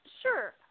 Sure